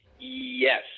Yes